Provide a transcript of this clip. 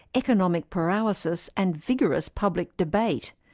economic paralysis, and vigorous public debate.